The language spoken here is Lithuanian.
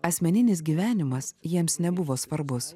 asmeninis gyvenimas jiems nebuvo svarbus